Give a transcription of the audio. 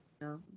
No